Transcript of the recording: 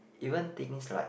even things like